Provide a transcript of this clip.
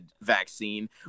vaccine –